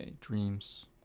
dreams